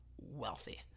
wealthy